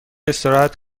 استراحت